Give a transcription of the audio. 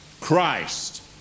Christ